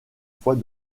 fois